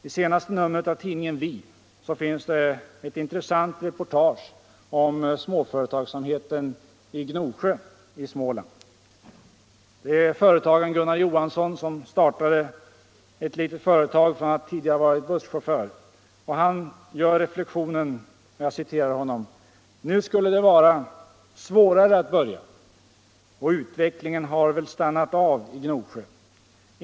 I senaste numret av tidningen Vi finns ett intressant reportage om småföretagsamheten i Gnosjö i Småland. Företagaren Gunnar Johansson, som startade ett litet företag efter att tidigare ha varit busschaufför, gör reflexionen: ”Nu skulle det vara svårare att börja. Och utvecklingen har väl stannat av i Gnosjö.